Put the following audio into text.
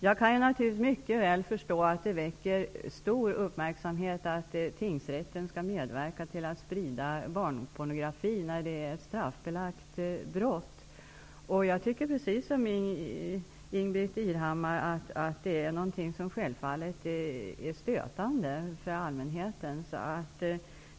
Jag kan naturligtvis mycket väl förstå att det väcker stor uppmärksamhet att tingsrätten skall medverka till att sprida barnpornografi eftersom det är fråga om ett straffbelagt brott. Jag tycker precis som Ingbritt Irhammar att det är stötande för allmänheten.